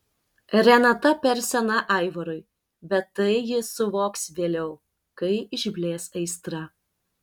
renata per sena aivarui bet tai jis suvoks vėliau kai išblės aistra